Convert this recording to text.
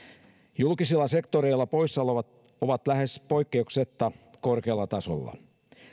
julkisella sektorilla poissaolot ovat ovat lähes poikkeuksetta korkealla tasolla